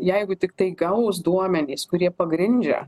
jeigu tiktai gaus duomenys kurie pagrindžia